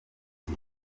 ati